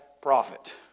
prophet